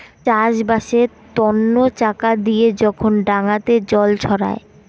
চাষবাসের তন্ন চাকা দিয়ে যখন ডাঙাতে জল ছড়ায়